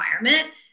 environment